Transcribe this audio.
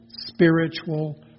spiritual